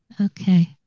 Okay